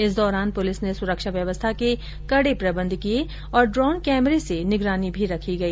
इस दौरान पुलिस ने सुरक्षा व्यवस्था के कड़े प्रबंध किये और ड्रोन कैमरे से निगरानी भी रखी गई